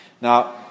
now